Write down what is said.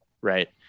Right